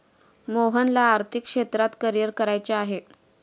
मोहनला आर्थिक क्षेत्रात करिअर करायचे आहे